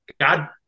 God